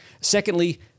Secondly